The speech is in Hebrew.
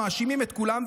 מאשימים את כולם,